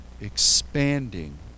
expanding